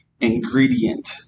ingredient